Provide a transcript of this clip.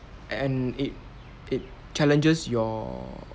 and it it challenges your